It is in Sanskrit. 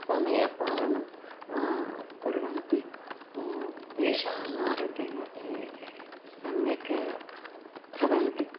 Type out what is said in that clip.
समयपालनं कुर्वन्ति तेषाम् आरोग्यम् अपि सम्यक् भवन्ति